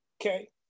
Okay